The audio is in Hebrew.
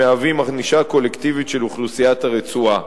ענישה קולקטיבית של אוכלוסיית הרצועה.